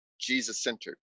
Jesus-centered